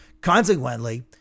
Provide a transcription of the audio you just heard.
Consequently